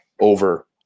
over